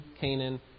Canaan